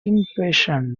impatient